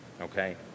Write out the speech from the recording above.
Okay